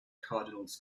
cardinals